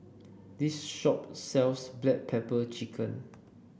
this shop sells Black Pepper Chicken